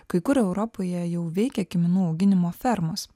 kai kur europoje jau veikė kiminų auginimo fermos